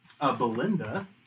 Belinda